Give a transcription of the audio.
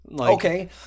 Okay